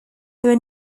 there